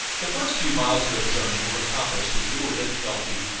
the first few miles of their journey were accomplished with little difficulty,